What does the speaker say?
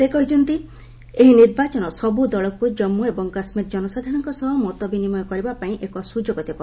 ସେ କହିଛନ୍ତି ଏହି ନିର୍ବାଚନ ସବୁ ଦଳକୁ ଜାମ୍ଗୁ ଏବଂ କାଶ୍ମୀର ଜନସାଧାରଣଙ୍କ ସହ ମତ ବିନିମୟ କରିବା ପାଇଁ ଏକ ସୁଯୋଗ ଦେବ